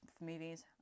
movies